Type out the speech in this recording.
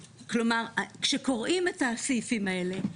כשקוראים את הסעיפים האלה,